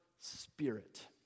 spirit